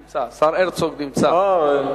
נמצא, השר הרצוג נמצא, אז אני, אה.